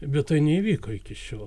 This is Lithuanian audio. bet tai neįvyko iki šiol